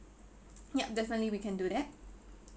ya definitely we can do that